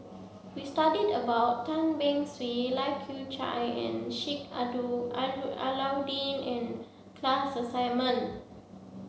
we studied about Tan Beng Swee Lai Kew Chai and Sheik Alau'ddin in class assignment